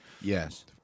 yes